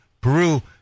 Peru